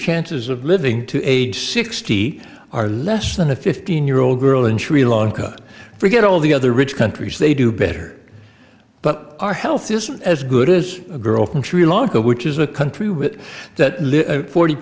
chances of living to age sixty are less than a fifteen year old girl in sri lanka forget all the other rich countries they do better but our health isn't as good as a girl from sri lanka which is a country with that